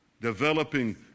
developing